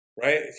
Right